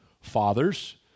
Fathers